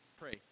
pray